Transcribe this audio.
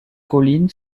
colline